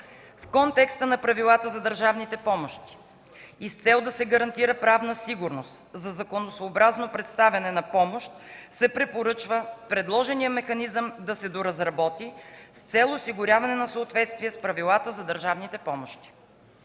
В контекста на правилата за държавните помощи и с цел да се гарантира правна сигурност за законосъобразно предоставяне на помощ се препоръчва предложения механизъм да се доразработи, с цел осигуряване на съответствие с правилата за държавните помощи.